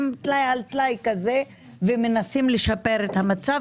טלאי על טלאי כזה ומנסים לשפר את המצב,